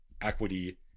equity